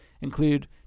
include